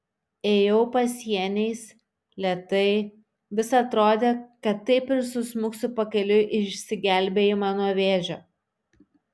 ėjau pasieniais lėtai vis atrodė kad taip ir susmuksiu pakeliui į išsigelbėjimą nuo vėžio